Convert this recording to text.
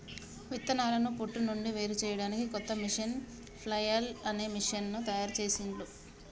విత్తనాలను పొట్టు నుండి వేరుచేయడానికి కొత్త మెషీను ఫ్లఐల్ అనే మెషీను తయారుచేసిండ్లు